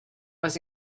was